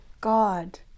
God